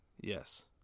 Yes